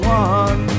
one